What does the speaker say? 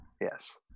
Yes